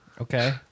Okay